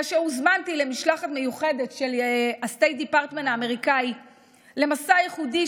כאשר הוזמנתי למשלחת מיוחדת של ה-State Department האמריקני למסע ייחודי